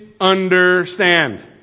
understand